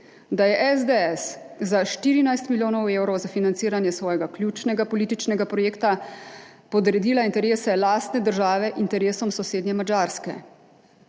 da je SDS za 14 milijonov evrov za financiranje svojega ključnega političnega projekta podredila interese lastne države interesom sosednje Madžarske.